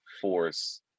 force